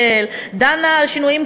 דנה על השוויון בנטל,